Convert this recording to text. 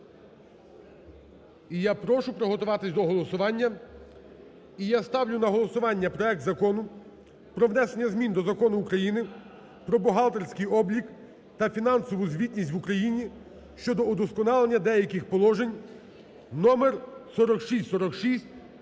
І я прошу приготуватися до голосування. І я ставлю на голосування проект Закону про внесення змін до Закону України "Про бухгалтерський облік та фінансову звітність в Україні (щодо удосконалення деяких положень) (№ 4646)